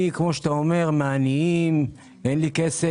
כמו שאתה אומר, אני מהעניים, אין לי כסף.